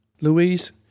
Louise